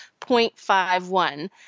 0.51